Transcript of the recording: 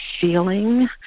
feeling